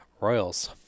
Royals